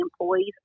employees